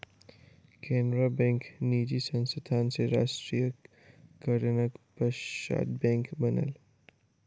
Canara bank निजी संस्थान सॅ राष्ट्रीयकरणक पश्चात बैंक बनल